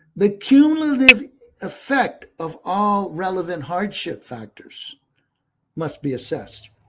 the cumulative effect of all relevant hardship factors must be assessed.